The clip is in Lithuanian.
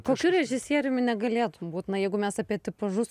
kokiu režisieriumi negalėtum būt na jeigu mes apie tipažus